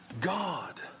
God